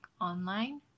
online